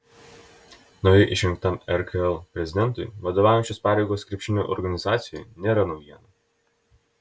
naujai išrinktam rkl prezidentui vadovaujančios pareigos krepšinio organizacijoje nėra naujiena